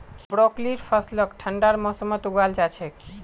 ब्रोकलीर फसलक ठंडार मौसमत उगाल जा छेक